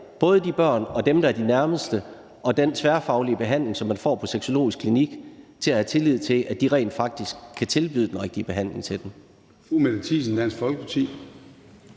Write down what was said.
både de børn og dem, der er de nærmeste, og den tværfaglige behandling, man får på sexologisk klinik, og have tillid til, at de rent faktisk kan tilbyde den rigtige behandling til dem.